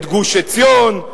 את גוש-עציון,